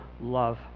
love